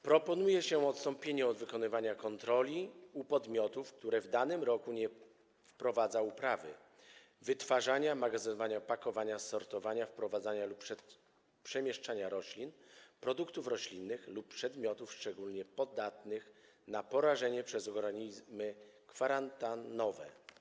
Proponuje się też odstąpienie od wykonywania kontroli u podmiotów, które w danym roku nie prowadzą działalności w zakresie uprawy, wytwarzania, magazynowania, pakowania, sortowania, wprowadzania do obrotu lub przemieszczania roślin, produktów roślinnych lub przedmiotów szczególnie podatnych na porażenie przez organizmy kwarantannowe.